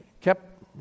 kept